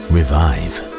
Revive